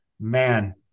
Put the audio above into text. man